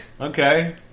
Okay